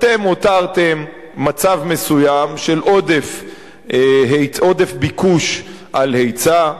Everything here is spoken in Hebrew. אתם הותרתם מצב מסוים של עודף ביקוש על היצע,